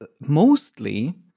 mostly